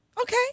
okay